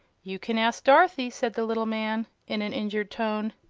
you can ask dorothy, said the little man, in an injured tone.